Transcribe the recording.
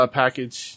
package